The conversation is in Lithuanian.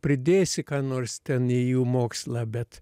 pridėsi nors ten į jų mokslą bet